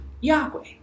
Yahweh